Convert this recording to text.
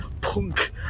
punk